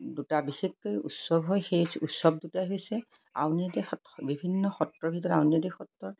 দুটা বিশেষকৈ উৎসৱ হয় সেই উৎসৱ দুটা হৈছে আউনীআ সত্ৰ বিভিন্ন সত্ৰৰ ভিতৰত আউনীআটী সত্ৰৰ